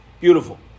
Beautiful